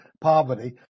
poverty